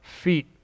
feet